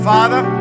Father